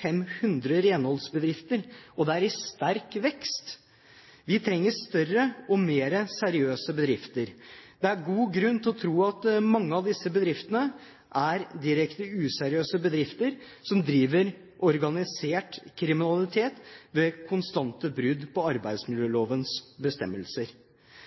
500 renholdsbedrifter, og de er i sterk vekst. Vi trenger større og mer seriøse bedrifter. Det er god grunn til å tro at mange er direkte useriøse bedrifter som driver organisert kriminalitet ved konstante brudd på arbeidsmiljølovens bestemmelser.